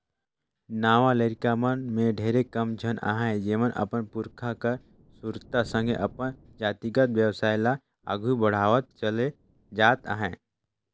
नावा लरिका मन में ढेरे कम झन अहें जेमन अपन पुरखा कर सुरता संघे अपन जातिगत बेवसाय ल आघु बढ़ावत चले जात अहें